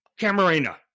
Camarena